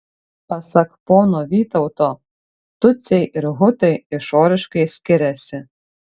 pasak pono vytauto tutsiai ir hutai išoriškai skiriasi